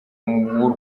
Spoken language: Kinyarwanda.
w’u